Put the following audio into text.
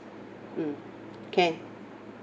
mm can